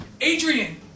Adrian